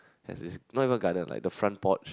has this not even garden you know the front porch